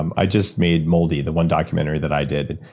um i just made moldy, the one documentary that i did.